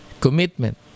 commitment